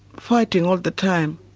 fighting all the time.